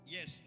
Yes